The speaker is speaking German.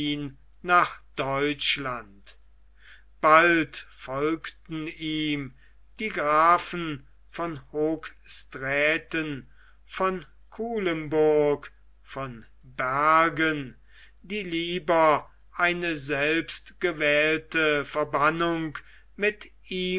nach deutschland bald folgten ihm die grafen von hoogstraten von kuilemburg von bergen die lieber eine selbstgewählte verbannung mit ihm